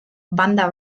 banda